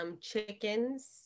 chickens